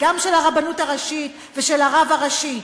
וגם של הרבנות הראשית ושל הרב הראשי,